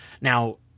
Now